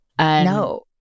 No